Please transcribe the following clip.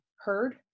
heard